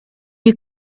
you